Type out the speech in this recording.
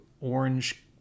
orange-